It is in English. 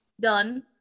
done